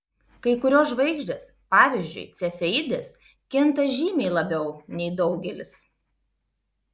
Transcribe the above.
kai kurios žvaigždės pavyzdžiui cefeidės kinta žymiai labiau nei daugelis